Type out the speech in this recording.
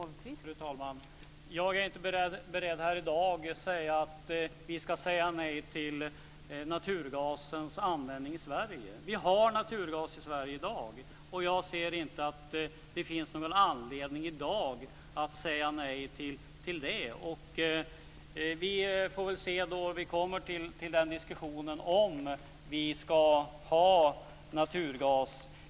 Fru talman! Jag är inte beredd att här i dag säga att vi ska säga nej till naturgasens användning i Sverige. Vi har naturgas i Sverige i dag. Jag ser inte att det finns någon anledning att säga nej till den i dag. Vi får väl se vad som händer när vi kommer till diskussionen om vi ska ha naturgas.